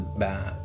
bad